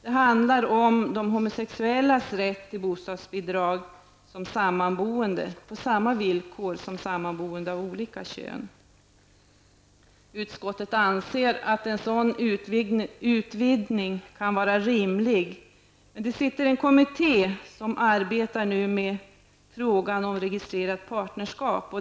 Det handlar om homosexuellas rätt till bostadsbidrag som sammanboende på samma villkor som för sammanboende av olika kön. Utskottet anser att en sådan utvidgning kan vara rimlig. En kommitté arbetar nu med frågan om registrerat partnerskap.